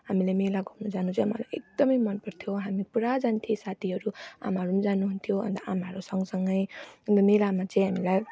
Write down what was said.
हामीलाई मेला घुम्नु जानु चाहिँ अब मलाई एकदमै मन पर्थ्यो हामी पुरा जान्थ्यौँ साथीहरू आमाहरू जानु हुन्थ्यो अन्त आमाहरू सँग सँगै अन्त मेलामा चाहिँ हामीलाई